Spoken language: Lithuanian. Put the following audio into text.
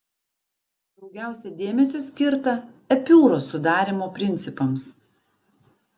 daugiausia dėmesio skirta epiūros sudarymo principams